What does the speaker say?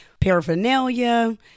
Paraphernalia